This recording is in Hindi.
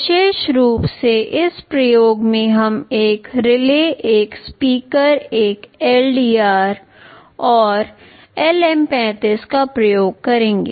विशेष रूप से इस प्रयोग में हम एक रिले एक स्पीकर एक LDR और LM35 का प्रयोग करेंगे